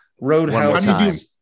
Roadhouse